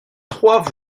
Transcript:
trois